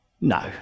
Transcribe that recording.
No